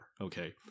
okay